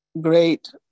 great